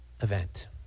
event